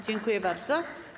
Dziękuję bardzo.